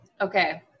Okay